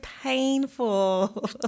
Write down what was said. painful